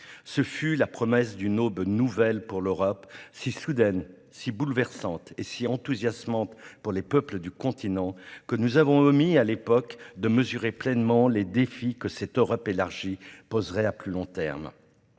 Ce fut la promesse d'une aube nouvelle pour l'Europe, mais si soudaine, si bouleversante et si enthousiasmante pour les peuples du continent que nous avons omis à l'époque de mesurer pleinement les défis que cette Europe élargie poserait à plus long terme.